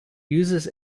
uses